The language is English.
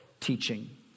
teaching